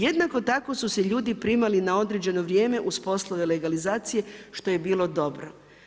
Jednako tako su se ljudi primali na određeno vrijeme uz poslove legalizacije što je bilo dobro.